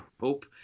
hope